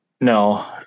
no